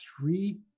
three